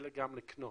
אלא גם לקנות.